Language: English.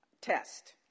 test